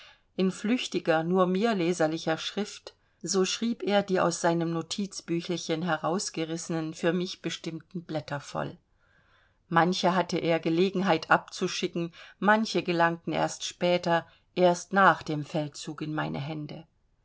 in flüchtiger nur mir leserlicher schrift so schrieb er die aus seinem notizbüchelchen herausgerissenen für mich bestimmten blätter voll manche hatte er gelegenheit abzuschicken manche gelangten erst später erst nach dem feldzug in meine hände